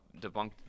debunked